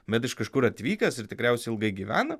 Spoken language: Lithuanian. bet iš kažkur atvykęs ir tikriausiai ilgai gyvena